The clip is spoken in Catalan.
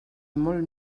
molt